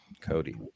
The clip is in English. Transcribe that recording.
Cody